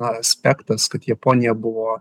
aspektas kad japonija buvo